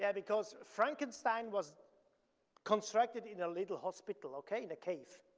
yeah because frankenstein was constructed in a little hospital, okay, in a cave,